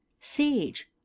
Sage